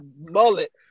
mullet